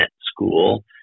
school